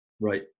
Right